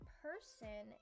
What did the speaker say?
person